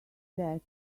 that